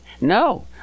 No